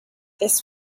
this